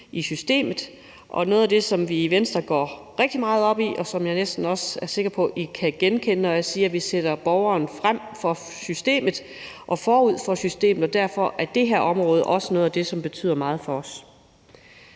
i systemet, og noget af det, vi i Venstre går rigtig meget op i – og jeg er næsten også sikker på, at det er noget, I kan genkende – er, at vi sætter borgeren før systemet, og derfor er det her område også noget, som betyder meget for os.